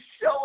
show